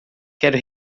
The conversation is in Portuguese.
quero